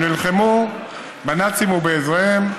הלוחמים היהודים, שנלחמו בנאצים ובעוזריהם.